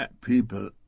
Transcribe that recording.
people